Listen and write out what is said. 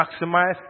maximize